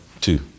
two